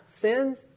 sins